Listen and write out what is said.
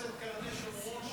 ראש מועצת קרני שומרון,